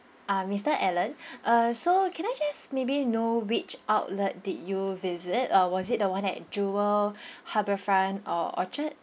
uh mister alan uh so can I just maybe know which outlet did you visit uh was it the one at jewel harbourfront or orchard